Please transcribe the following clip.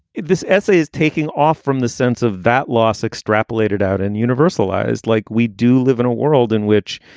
this essay is taking off from the sense of that loss extrapolated out and universalized like we do live in a world in which,